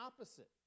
opposite